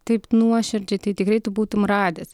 taip nuoširdžiai tai tikrai tu būtum radęs